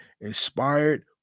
inspired